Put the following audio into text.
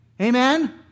Amen